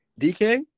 DK